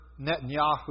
Netanyahu